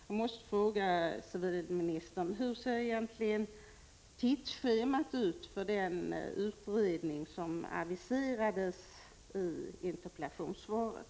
Jag måste fråga civilministern: Hur ser egentligen tidsschemat ut för den utredning som aviserades i interpellationssvaret?